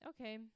okay